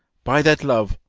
by that love,